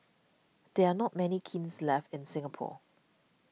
there are not many kilns left in Singapore